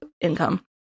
income